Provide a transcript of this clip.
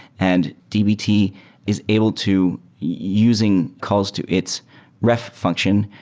and dbt is able to using calls to its ref function,